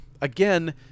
again